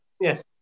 Yes